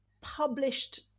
Published